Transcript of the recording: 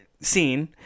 scene